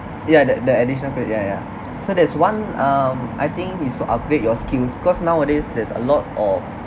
ya the the additional pay ya ya ya so there's one um I think is to upgrade your skills because nowadays there's a lot of